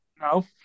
No